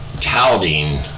touting